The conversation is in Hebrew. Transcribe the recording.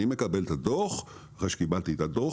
אני מקבל את הדוח ואחרי שקיבלתי את הדוח